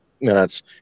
minutes